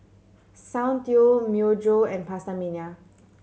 Soundteoh Myojo and PastaMania